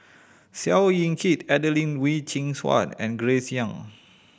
Seow Yit Kin Adelene Wee Chin Suan and Grace Young